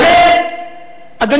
מה זה קשור?